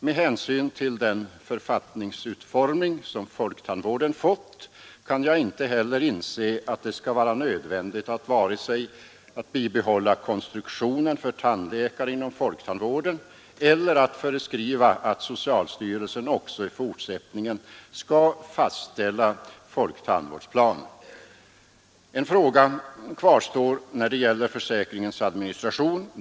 Med hänsyn till den författningsutformning som folktandvården fått kan jag inte heller inse att det skall vara nödvändigt vare sig att bibehålla instruktionen för tandläkare inom folktandvården Nr 93 eller att föreskriva att socialstyrelsen också i fortsättningen skall fastställa Måndagen den folktandvårdsplan. 21 maj 1973 En fråga kvarstår när det gäller försäkringens administration.